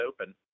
open